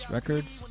Records